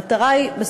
המטרה היא,